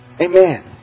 Amen